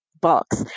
box